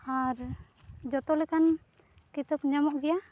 ᱟᱨ ᱡᱚᱛᱚ ᱞᱮᱠᱟᱱ ᱠᱤᱛᱟᱹᱵᱽ ᱧᱟᱢᱚᱜ ᱜᱮᱭᱟ